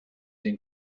den